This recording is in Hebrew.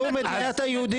זו מדינת היהודים.